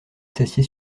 s’assied